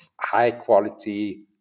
high-quality